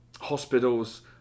hospitals